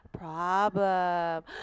problem